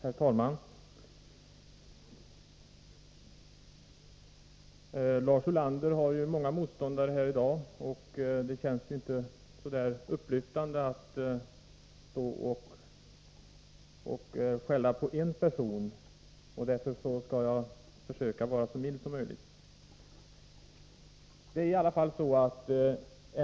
Herr talman! Lars Ulander har många motståndare här i dag, och det känns inte så upplyftande att man står och skäller på bara en person. Därför skall jag försöka vara så mild som möjligt.